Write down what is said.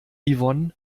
yvonne